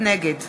נגד